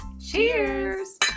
Cheers